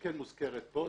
שהיא כן מוזכרת פה,